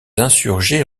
insurgés